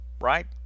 right